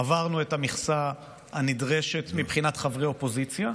עברנו את המכסה הנדרשת מבחינת חברי אופוזיציה.